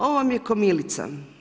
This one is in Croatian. Ovo vam je kamilica.